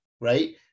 right